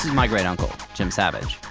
my great uncle, jim savage.